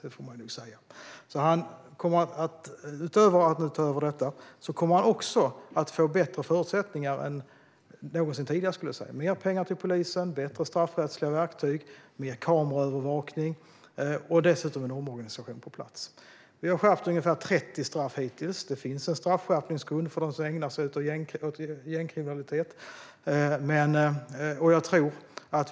Utöver att Anders Thornberg tar över detta uppdrag kommer han också att få bättre förutsättningar än någonsin tidigare. Det blir mer pengar till polisen, bättre straffrättsliga verktyg, mer kameraövervakning och dessutom en omorganisation på plats. Ungefär 30 straff har hittills skärpts. Det finns en straffskärpningsgrund för dem som ägnar sig åt gängkriminalitet.